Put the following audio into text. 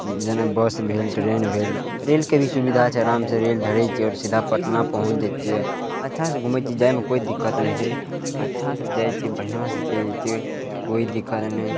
जेना बस भेल ट्रेन भेल रेलके भी सुविधा छै आरामसँ रेल धड़य छियै आओर सीधा पटना पहुँच जाइ छियै अच्छासँ घुमय छी जाइमे कोनो दिक्कत नहि छै अच्छासँ जाइ छियै बढ़िआँसँ चलि जाइ छियै कोइ दिक्कत नहि